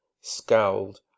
scowled